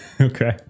Okay